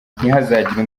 ntihazagire